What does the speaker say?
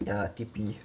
yeah T_P